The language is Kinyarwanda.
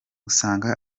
usanga